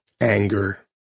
anger